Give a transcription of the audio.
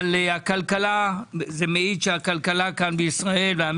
אבל זה מעיד שהכלכלה כאן בישראל חזקה,